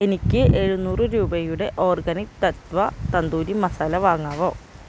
എനിക്ക് എഴുന്നൂറ് രൂപയുടെ ഓർഗാനിക് തത്വ തന്തൂരി മസാല വാങ്ങാമോ